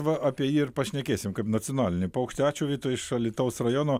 va apie jį ir pašnekėsim kaip nacionalinį paukštį ačiū vytui iš alytaus rajono